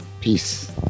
Peace